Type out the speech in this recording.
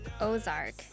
ozark